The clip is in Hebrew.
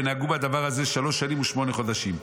ונהגו בדבר הזה שלוש שנים ושמונה חדשים,